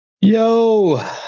Yo